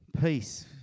peace